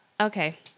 Okay